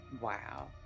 Wow